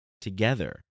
together